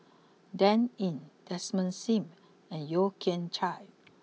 Dan Ying Desmond Sim and Yeo Kian Chai